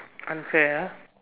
unfair ah